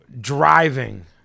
driving